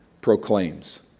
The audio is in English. proclaims